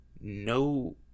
No